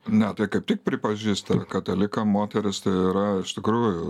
ne taip kaip tik pripažįsta katalikam moteris tai yra iš tikrųjų